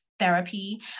Therapy